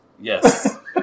Yes